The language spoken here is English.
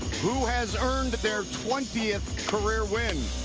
who has earned their twentieth career win?